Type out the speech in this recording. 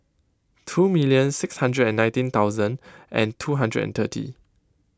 two million six hundred and nineteen thousand and two hundred and thirty